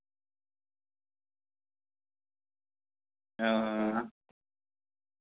हां